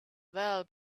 well